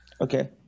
okay